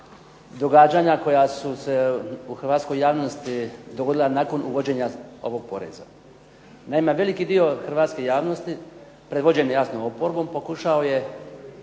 događanja koja su se u hrvatskoj javnosti dogodila nakon uvođenja ovog poreza. Naime, veliki dio hrvatske javnosti predvođeni jasno oporbom pokušao je